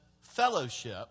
fellowship